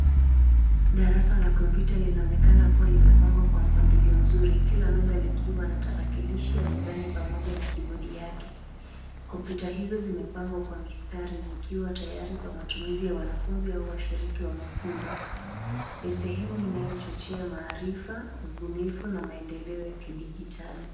Darasa la kompyuta linaonekana kuwa limepangwa kwa mpangilio mzuri kila meza likiwa na tarakilishi ya mezani pamoja na kibodi yake . Kompyuta hizo zimepangwa kwa mistari zikiwa tayari kwa matumizi ya wanafunzi au washiriki wa mafunzo . Ni sehemu inayochochea maarifa , ubunifu na maendeleo ya kidijitali.